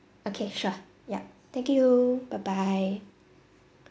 okay sure yup thank you bye bye